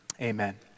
Amen